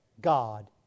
God